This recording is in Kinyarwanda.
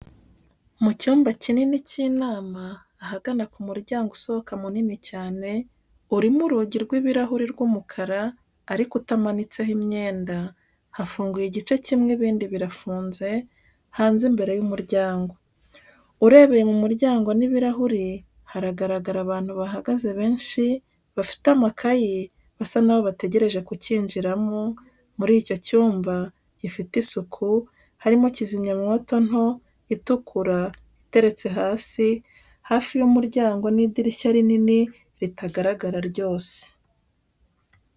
Mu cyumba kinini cy'inama, ahagana ku muryango usohoka munini cyane, urimo urugi rw'ibirahuri rw'umukara, ariko utamanitsemo imyenda, hafunguye igice kimwe ibindi birafunze, hanze imbere y'umuryango. Urebeye mu muryango n'ibirahuri, haragaragara abantu bahagaze benshi bafite amakayi, basa naho bategereje kukinjiramo, muri icyo cyumba, gifite isuku, harimo kizimyamwoto nto itukura, iteretse hasi, hafi y'umuryango n'idirishya rinini ritagaragara ryose.